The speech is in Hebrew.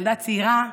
ילדה צעירה.